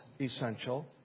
essential